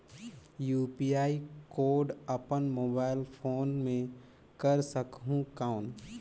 UPI code अपन mobile phone मे कर सकहुं कौन?